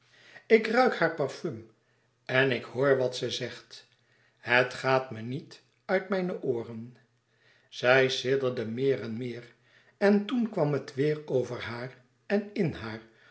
ik ruik haar parfum en ik hoor wat ze zegt het gaat me niet uit mijne ooren zij sidderde meer en meer en toen kwam het weêr over haar en in haar